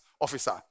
officer